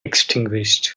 extinguished